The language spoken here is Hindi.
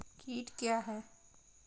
कीट क्या है?